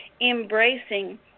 embracing